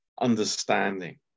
understanding